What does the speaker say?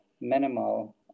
minimal